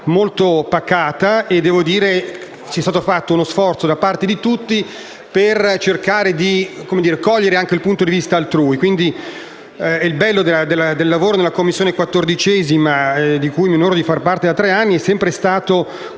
molto pacata. È stato fatto uno sforzo da parte di tutti per cercare di cogliere anche il punto di vista altrui; infatti, il bello del lavoro nella 14a Commissione, di cui mi onoro di far parte da tre anni, è sempre stato